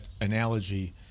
analogy